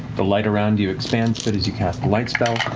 the light around you expands a bit as you cast the light spell.